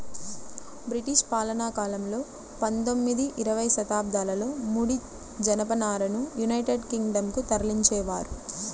British పాలనాకాలంలో పందొమ్మిది, ఇరవై శతాబ్దాలలో ముడి జనపనారను యునైటెడ్ కింగ్ డం కు తరలించేవారు